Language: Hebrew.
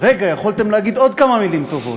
רגע, יכולתם להגיד עוד כמה מילים טובות.